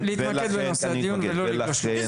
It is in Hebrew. תפסיק ליפות את זה.